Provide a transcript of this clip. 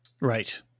Right